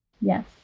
Yes